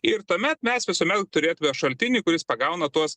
ir tuomet mes visuomet turėtume šaltinį kuris pagauna tuos